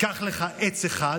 "קח לך עץ אחד